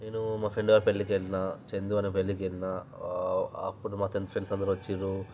నేను మా ఫ్రెండ్ వాళ్ళ పెళ్ళికి వెళ్ళినా చందు అన పెళ్ళికి వెళ్ళినా అప్పుడు మా టెన్త్ ఫ్రెండ్స్ అందరూ వచ్చిండ్రు